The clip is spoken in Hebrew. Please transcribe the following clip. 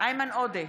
איימן עודה,